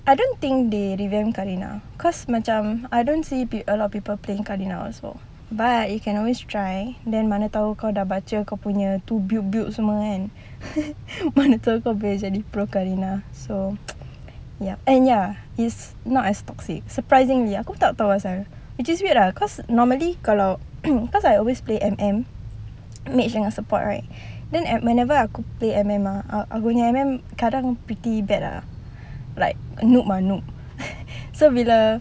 I don't think they revamp karina cause macam I don't see a lot of people playing karina so but you can always try then mana tahu kau dah baca kau punya itu build builds semua kan mana tahu kau boleh jadi pro karina so ya and ya it's not as toxic surprisingly lah aku tak tahu asal which is weird lah cause normally kalau cause I always play M_M mage dengan support right then I whenever aku play M_M ah I aku punya M_M sekarang pretty bad ah like noob lah noob so bila